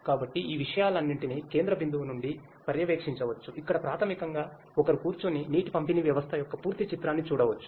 కాబట్టి ఈ విషయాలన్నింటినీ కేంద్ర బిందువు నుండి పర్యవేక్షించవచ్చు ఇక్కడ ప్రాథమికంగా ఒకరు కూర్చుని నీటి పంపిణీ వ్యవస్థ యొక్క పూర్తి చిత్రాన్ని చూడవచ్చు